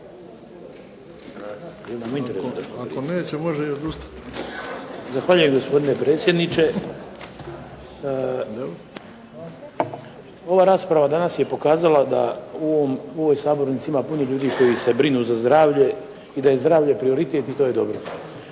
**Bagarić, Ivan (HDZ)** Zahvaljujem, gospodine predsjedniče. Ova rasprava danas je pokazala da u ovoj sabornici ima puno ljudi koji se brinu za zdravlje i da je zdravlje prioritet i to je dobro.